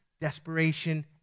desperation